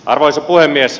arvoisa puhemies